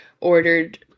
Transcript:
ordered –